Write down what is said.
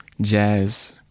jazz